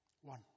One